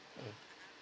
um